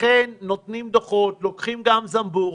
לכן נותנים דוחות ולוקחים גם זמבורות.